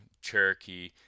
Cherokee